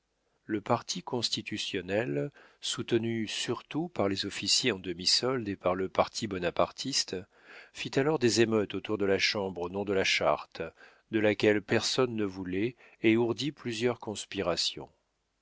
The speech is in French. le parti constitutionnel soutenu surtout par les officiers en demi-solde et par le parti bonapartiste fit alors des émeutes autour de la chambre au nom de la charte de laquelle personne ne voulait et ourdit plusieurs conspirations